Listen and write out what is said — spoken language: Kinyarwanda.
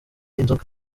inzoga